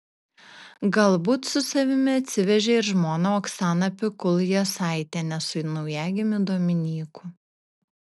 galbūt su savimi atsivežė ir žmoną oksaną pikul jasaitienę su naujagimiu dominyku